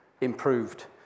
improved